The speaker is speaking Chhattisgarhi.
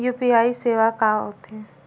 यू.पी.आई सेवा का होथे?